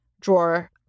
drawer